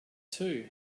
too